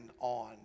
on